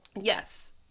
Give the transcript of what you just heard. yes